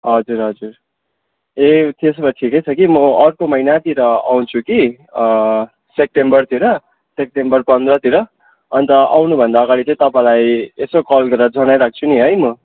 हजुर हजुर ए त्यसो भए ठिकै छ कि म अर्को महिनातिर आउँछु कि सेप्टेम्बरतिर सेक्टेम्बर पन्ध्रतिर अन्त आउनुभन्दा अगाडि चाहिँ तपाईँलाई यसो कल गरेर जनाइ राख्छु नि है म